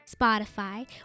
Spotify